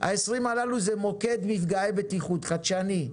ה-20 הללו זה מוקד מפגעי בטיחות, חדשני,